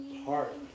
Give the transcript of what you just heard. heart